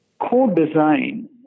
Co-design